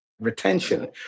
retention